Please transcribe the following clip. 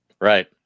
Right